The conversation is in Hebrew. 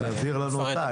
תעביר לנו אותה,